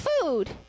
food